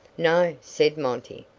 no, said monty,